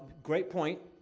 great point.